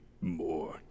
more